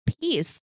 peace